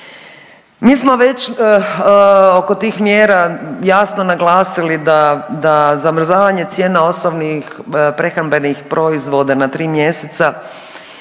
Mi smo već oko tih mjera jasno naglasili da, da zamrzavanje cijena osnovnih prehrambenih proizvoda na 3 mjeseca